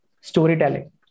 storytelling